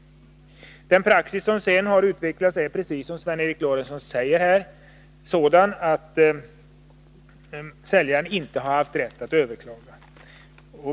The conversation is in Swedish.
Den praxis som sedan har utvecklats är, precis som Sven Eric Lorentzon sade, sådan att säljaren inte har haft rätt att överklaga.